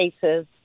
cases